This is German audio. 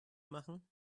machen